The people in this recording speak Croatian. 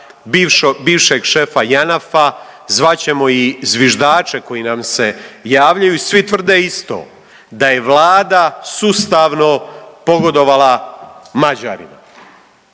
bivšeg šefa JANAF-a. Zvat ćemo i zviždače koji nam se javljaju i svi tvrde isto, da je Vlada sustavno pogodovala Mađarima,